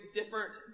different